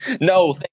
No